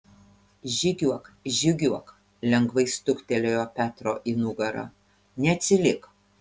žygiuok žygiuok lengvai stuktelėjo petro į nugarą neatsilik